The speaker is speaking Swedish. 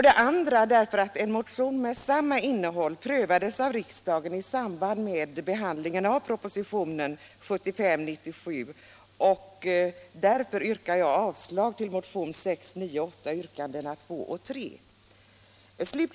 Det andra skälet är att en motion av samma innehåll prövades av riksdagen i samband med behandlingen av propositionen 97 år 1975. Därför yrkar jag avslag på motionen 698, yrkandena 2 och 3.